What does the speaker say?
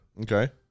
Okay